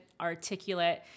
articulate